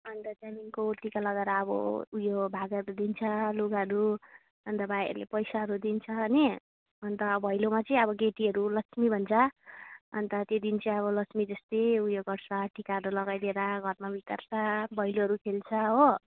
अन्त त्यहाँदेखिको टिका लगाएर अब उयो भागहरू दिन्छ लुगाहरू अन्त भाइहरूले पैसाहरू दिन्छ नि अन्त भैलोमा चाहिँ अब केटीहरू लक्ष्मी बन्छ अन्त त्यो दिन चाहिँ अब लक्ष्मी जस्तै यो उयो गर्छ टिकाहरू लगाइदिएर घरमा भित्र्याउँछ भैलोहरू खेल्छ हो